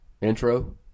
intro